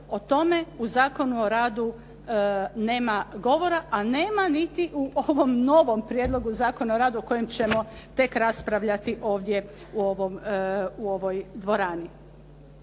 o tome o Zakonu o radu nema govora a nema niti u ovom novom Prijedlogu Zakona o radu o kojem ćemo tek raspravljati ovdje u ovoj dvorani.